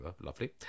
Lovely